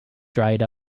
dried